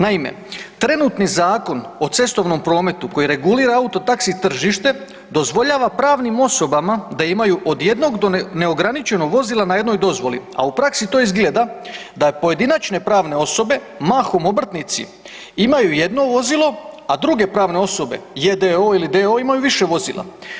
Naime, trenutni Zakon o cestovnom prometu koji regulira auto taxi tržište, dozvoljava pravnim osobama da imaju od jednog do neograničeno vozila na jednoj dozvoli, a u praksi to izgleda da pojedinačne pravne osobe, mahom obrtnici, imaju jedno vozilo, a druge pravne osobe j.d.o.o. ili d.o.o. imaju više vozila.